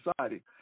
society